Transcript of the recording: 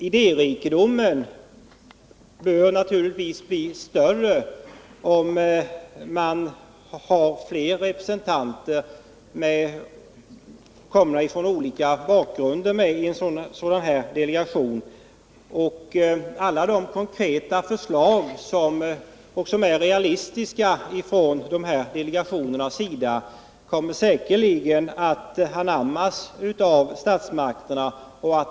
Idérikedomen bör naturligtvis bli större om det ingår representanter med olika bakgrund i en sådan här delegation. De konkreta förslag som delegationerna lägger fram och som är realistiska kommer säkerligen att anammas av statsmakterna.